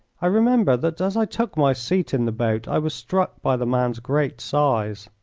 i remember that as i took my seat in the boat i was struck by the man's great size.